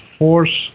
force